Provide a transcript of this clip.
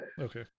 Okay